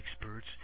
experts